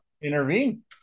intervene